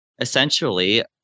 essentially